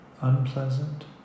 unpleasant